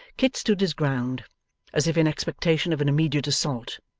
kit stood his ground as if in expectation of an immediate assault,